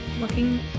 looking